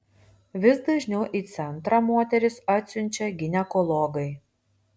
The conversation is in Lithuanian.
vis dažniau į centrą moteris atsiunčia ginekologai